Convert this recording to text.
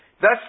Thus